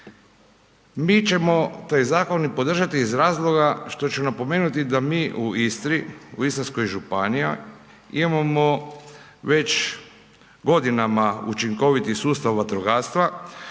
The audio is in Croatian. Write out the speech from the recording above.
Mi ćemo taj zakon i podržati iz razloga što su napomenuti da mi u Istri, u Istarskoj županiji imamo već godinama učinkoviti sustav vatrogastva